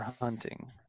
hunting